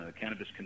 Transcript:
Cannabis